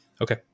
Okay